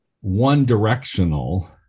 one-directional